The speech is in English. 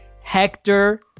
Hector